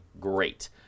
great